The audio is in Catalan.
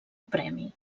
premi